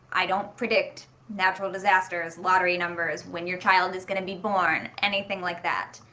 i don't predict natural disasters, lottery numbers, when your child is going to be born. anything like that.